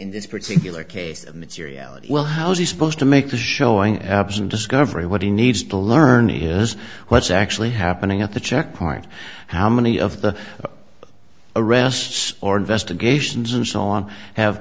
in this particular case materiality well how is he supposed to make a showing absent discovery what he needs to learn is what's actually happening at the checkpoint how many of the arrests or investigations and so on have